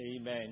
Amen